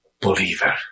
believer